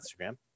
Instagram